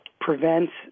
prevents